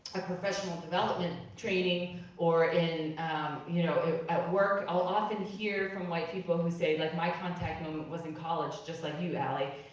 a professional development training or you know at work, i'll often hear from white people who say like my contact moment was in college, just like you ali.